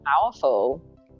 powerful